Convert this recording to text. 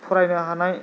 फरायनो हानाय